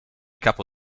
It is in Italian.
capo